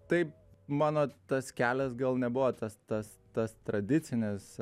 tai mano tas kelias gal nebuvo tas tas tas tradicinis